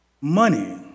money